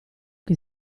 che